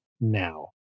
now